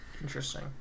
Interesting